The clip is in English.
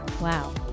Wow